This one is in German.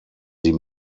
sie